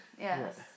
yes